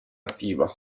attiva